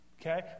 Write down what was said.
Okay